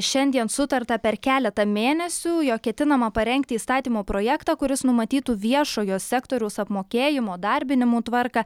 šiandien sutarta per keletą mėnesių jog ketinama parengti įstatymo projektą kuris numatytų viešojo sektoriaus apmokėjimo darbinimų tvarką